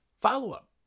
follow-up